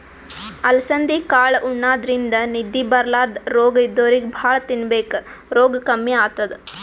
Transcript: ಅಲಸಂದಿ ಕಾಳ್ ಉಣಾದ್ರಿನ್ದ ನಿದ್ದಿ ಬರ್ಲಾದ್ ರೋಗ್ ಇದ್ದೋರಿಗ್ ಭಾಳ್ ತಿನ್ಬೇಕ್ ರೋಗ್ ಕಮ್ಮಿ ಆತದ್